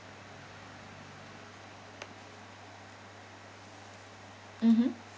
mmhmm